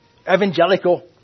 evangelical